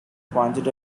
pointed